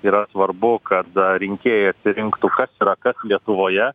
yra svarbu kada rinkėjai atsirinktų kas yra kas lietuvoje